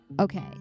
Okay